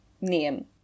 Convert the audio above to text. name